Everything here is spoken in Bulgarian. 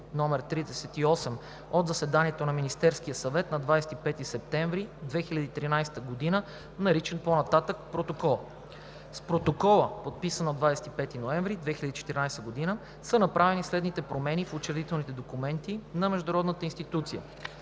№ 38 от заседанието на Министерския съвет на 25 септември 2013 г., наричан по-нататък „Протокола“. С Протокола, подписан на 25 ноември 2014 г., са направени следните промени в учредителните документи на международната институция: